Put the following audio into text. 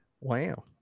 Wow